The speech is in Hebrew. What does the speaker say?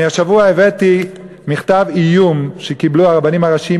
אני השבוע הבאתי מכתב איום שקיבלו הרבנים הראשיים,